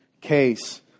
case